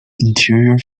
interior